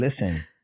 listen